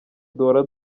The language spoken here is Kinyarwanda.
duhora